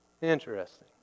Interesting